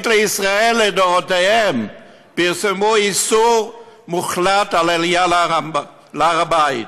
לישראל לדורותיהן פרסמו איסור מוחלט על עלייה להר הבית.